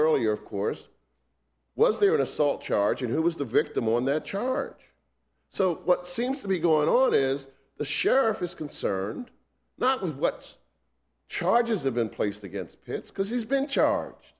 earlier of course was there an assault charge and who was the victim on that charge so what seems to be going on is the sheriff is concerned not with what's charges have been placed against pitts because he's been charge